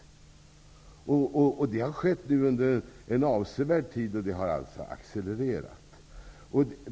Minskningen har skett under avsevärd tid, och den har accelererat.